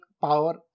power